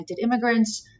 immigrants